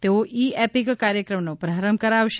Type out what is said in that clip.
તેઓ e EPIC ક્રાર્યક્રમનો પ્રારંભ કરાવશે